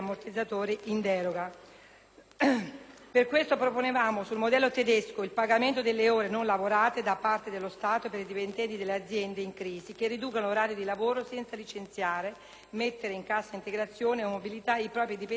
Per questo proponevamo, sul modello tedesco, il pagamento da parte dello Stato delle ore non lavorate per i dipendenti delle aziende in crisi che riducano gli orari di lavoro senza licenziare, mettere in cassa integrazione o in mobilità i propri dipendenti, incrementando le risorse del